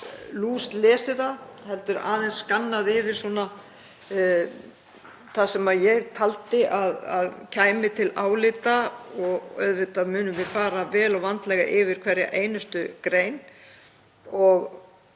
lúslesið frumvarpið heldur aðeins skannað yfir það sem ég taldi að kæmi til álita. Auðvitað munum við fara vel og vandlega yfir hverja einustu grein.